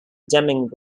deming